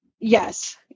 Yes